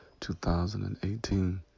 2018